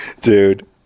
Dude